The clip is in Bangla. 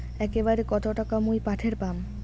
একবারে কত টাকা মুই পাঠের পাম?